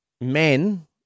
men